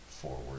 forward